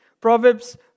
Proverbs